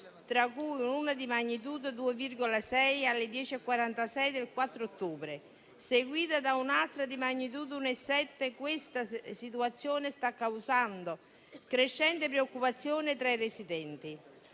tra cui una di magnitudo 2.6 alle ore 10,46 del 4 ottobre, seguita da un'altra di magnitudo 1.7. Questa situazione sta causando crescente preoccupazione tra i residenti.